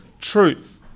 truth